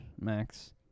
max